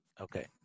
Okay